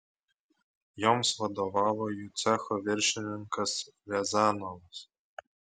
joms vadovavo jų cecho viršininkas riazanovas